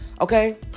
Okay